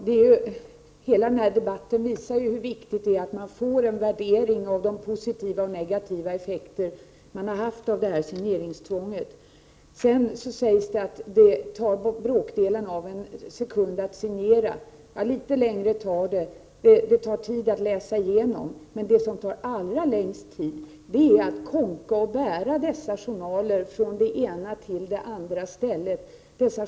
Fru talman! Hela denna debatt visar hur viktigt det är att få en värdering av de positiva och negativa effekterna av detta signeringstvång. Det sägs att det tar bråkdelen av en sekund att signera. Litet längre tid tar det. Det tar tid att läsa igenom, men det som tar allra längst tid är att bära dessa journaler från det ena stället till det andra.